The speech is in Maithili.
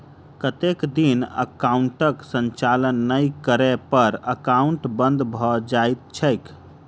कतेक दिन एकाउंटक संचालन नहि करै पर एकाउन्ट बन्द भऽ जाइत छैक?